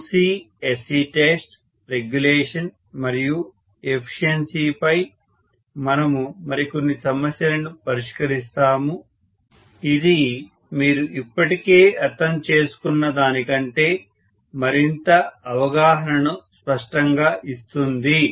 OC SC test regulation మరియు ఎఫిషియన్సిపై మనము మరికొన్ని సమస్యలను పరిష్కరిస్తాము ఇది మీరు ఇప్పటికే అర్థం చేసుకున్న దానికంటే మరింత అవగాహనను స్పష్టంగా ఇస్తుంది